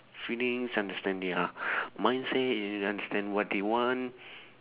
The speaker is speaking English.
feelings understand their mindset and understand what they want